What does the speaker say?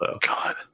God